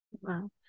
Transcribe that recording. Wow